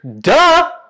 Duh